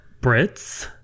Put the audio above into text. Brits